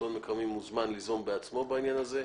שלטון מקומי מוזמן ליזום בעצמו בעניין הזה.